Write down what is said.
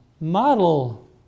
model